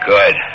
Good